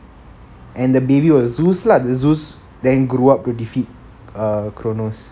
and the baby were zeus lah the zeus then grew up to defeat err cronus